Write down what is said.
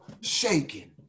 shaking